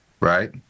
Right